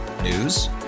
News